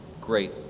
great